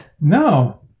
No